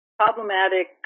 problematic